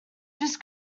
just